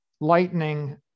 lightning